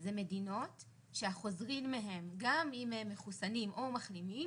זה מדינות שהחוזרים מהן גם אם הם מחוסנים או מחלימים,